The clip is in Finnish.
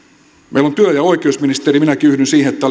meillä on työ ja oikeusministeri minäkin yhdyn siihen että